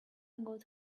got